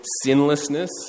sinlessness